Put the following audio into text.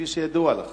כפי שידוע לך.